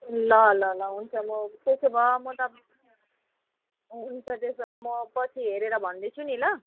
ल ल ल हुन्छ ल त्यसो भए म तपाईँ हुन्छ त्यसो भए म पछि हेरेर भन्दैछु नि ल